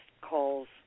calls